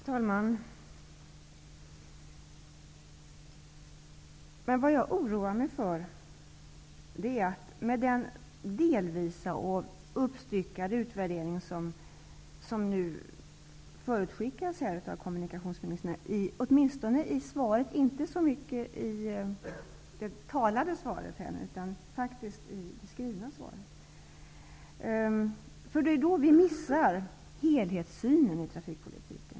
Fru talman! Vad jag oroar mig för är att vi, med den delvisa och uppstyckade utvärdering som nu förutskickas av kommunikationsministerns skriftliga svar -- däremot inte så mycket i hans inlägg i debatten -- missar helhetssynen i trafikpolitiken.